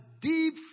deep